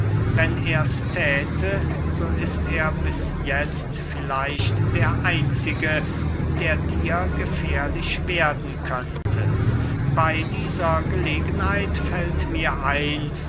wenn er's thäte so ist er bis jetzt vielleicht der einzige der dir gefährlich werden könnte bey dieser gelegenheit fällt mir ein